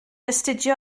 astudio